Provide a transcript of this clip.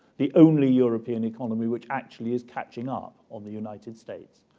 the only european economy which actually is catching up on the united states,